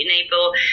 enable